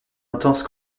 intense